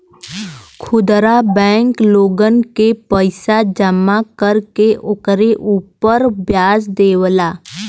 खुदरा बैंक लोगन के पईसा जमा कर के ओकरे उपर व्याज देवेला